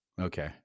Okay